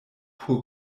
por